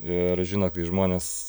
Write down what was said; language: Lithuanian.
ir žinot kai žmonės